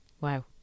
Wow